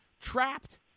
trapped